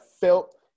felt